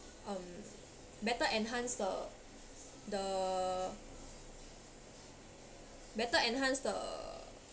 um better enhance the the better enhance the